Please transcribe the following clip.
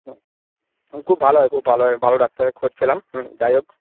হুম হুম খুব ভালো হয় খুব ভালো হয় ভালো ডাক্তারের খোঁজ পেলাম হুম যাই হোক